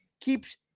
keeps